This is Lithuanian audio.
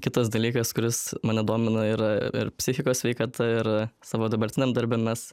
kitas dalykas kuris mane domina yra ir psichikos sveikata ir savo dabartiniam darbe mes